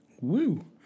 Woo